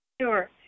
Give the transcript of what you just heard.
Sure